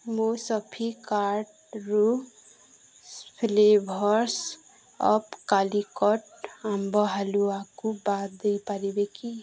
ମୋ ସପିଂ କାର୍ଟ୍ରୁ flavours of Calicut ଆମ୍ବ ହାଲୁଆକୁ ବାଦ ଦେଇପାରିବେ କି